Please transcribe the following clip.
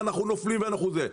ואנחנו נופלים ואנחנו זה,